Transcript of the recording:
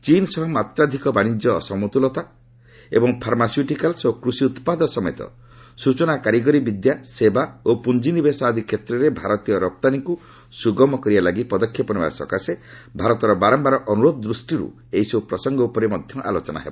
ଚୀନ୍ ସହ ମାତ୍ରାଧିକ ବାଶିଜ୍ୟ ଅସମତୁଲତା ଏବଂ ଫାର୍ମାସ୍ୟୁଟିକାଲ୍ସ ଓ କୃଷି ଉତ୍ପାଦ ସଚନା କାରିଗରୀ ବିଦ୍ୟା ସେବା ଓ ପୁଞ୍ଜି ନିବେଶ ଆଦି କ୍ଷେତ୍ରରେ ଭାରତୀୟ ରପ୍ତାନୀକୁ ସୁଗମ କରିବା ଲାଗି ପଦକ୍ଷେପ ନେବା ସକାଶେ ଭାରତ ବାରମ୍ଭାର ଅନୁରୋଧ ଦୃଷ୍ଟିରୁ ଏହିସବୁ ପ୍ରସଙ୍ଗ ଉପରେ ମଧ୍ୟ ଆଲୋଚନା ହେବ